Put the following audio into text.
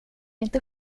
inte